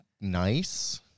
nice